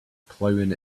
plowing